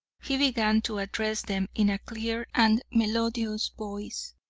he began to address them in a clear and melodious voice.